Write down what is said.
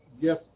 Yes